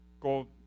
go